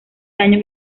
daño